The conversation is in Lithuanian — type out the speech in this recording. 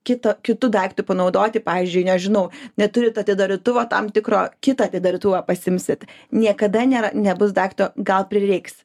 kito kitu daiktu panaudoti pavyzdžiui nežinau neturit atidarytuvo tam tikro kitą atidarytuvą pasiimsit niekada nėra nebus daikto gal prireiks